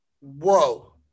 Whoa